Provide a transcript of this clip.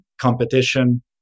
competition